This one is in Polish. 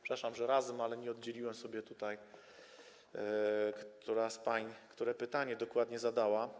Przepraszam, że razem, ale nie oddzieliłem sobie, która z pań które pytanie dokładnie zadała.